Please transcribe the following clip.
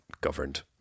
governed